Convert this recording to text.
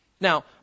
Now